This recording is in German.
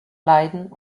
leiden